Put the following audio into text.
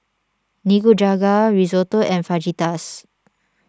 Nikujaga Risotto and Fajitas